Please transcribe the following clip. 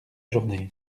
journée